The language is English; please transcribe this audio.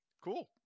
cool